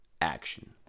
action